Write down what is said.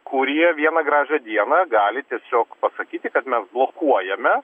kurie vieną gražią dieną gali tiesiog pasakyti kad mes blokuojame